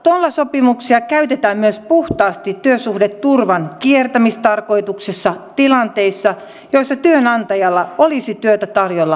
toisaalta nollasopimuksia käytetään myös puhtaasti työsuhdeturvan kiertämistarkoituksessa tilanteissa joissa työnantajalla olisi työtä tarjolla säännöllisesti